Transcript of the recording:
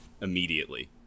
immediately